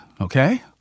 okay